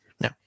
No